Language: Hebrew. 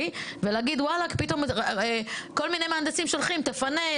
ולהגיד כל מיני מהנדסים שולחים 'תפנה,